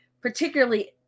particularly